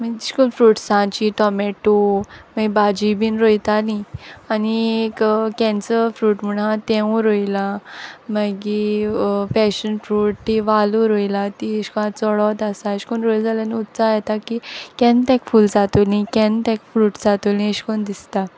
मागीर अशें कोन्न फ्रुट्सांचीं टोमेटो मागीर भाजी बीन रोयतालीं आनी एक कॅन्सर फ्रूट म्हूण आसा तेंवूय रोयलां मागीर पेशन फ्रूट ती वालूय रोयला ती अशें कोन्न आंत चडत आसा अशें कोन्न रोयलीं जाल्यार न्हू येता की केन्न तेक फूल जातोलीं केन्न ताका फ्रूट जातोलीं अेशकोन्न दिसता